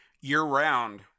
year-round